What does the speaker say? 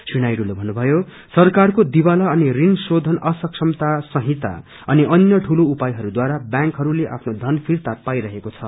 श्री नायडूले भन्नुभयो सरकारको दिवाला अनि ण शोधन अक्षमता संहिता अनि अन्य ठूला उपायहरूद्वारा बैंकहस्ले आफ्नो धन र्फिता पाइरहेको छ